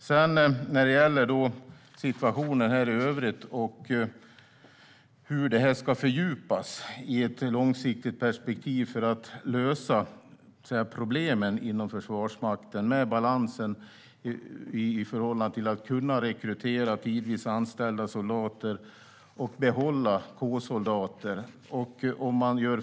Sedan var det en fråga om hur situationen ska fördjupas i ett långsiktigt perspektiv för att lösa problemen inom Försvarsmakten, det vill säga balansen i att rekrytera tidvis anställda soldater och behålla K-soldater.